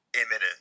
imminent